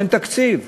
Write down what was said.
אין תקציב.